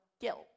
guilt